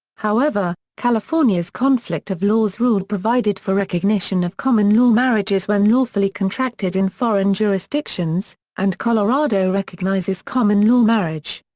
however, california's conflict of laws rule provided for recognition of common-law marriages when lawfully contracted in foreign jurisdictions, and colorado recognizes common-law marriage.